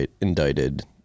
indicted